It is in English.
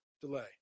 delay